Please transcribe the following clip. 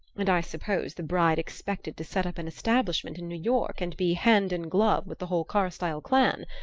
and i suppose the bride expected to set up an establishment in new york and be hand-in-glove with the whole carstyle clan.